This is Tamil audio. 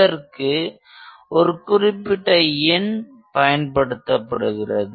இதற்கு ஒரு குறிப்பிட்ட எண் பயன்படுத்தப்படுகிறது